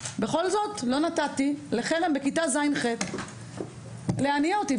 לא נתתי לחרם בכיתה ז'-ח' להניע אותי.